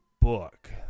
book